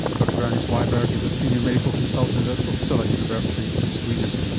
dr bernice wiberg is a senior medical consultant at uppsala university in sweden.